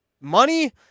money